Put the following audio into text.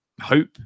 Hope